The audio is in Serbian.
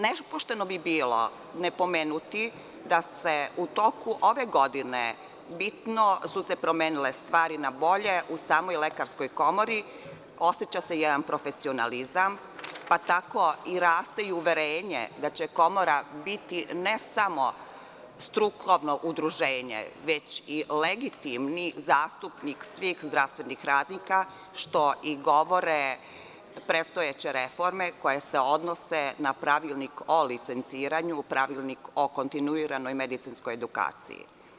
Nepošteno bi bilo ne pomenuti da su se u toku ove godine bitno promenile stvari na bolje u samoj Lekarskoj komori, oseća se jedan profesionalizam, pa tako raste i uverenje da će komora biti ne samo strukovno udruženje, već i legitimni zastupnik svih zdravstvenih radnika, što i govore predstojeće reforme koje se odnose na Pravilnik o licenciranju, Pravilnik o kontinuiranoj medicinskoj edukaciji.